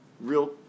real